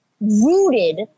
rooted